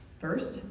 First